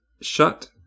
shut